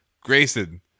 Grayson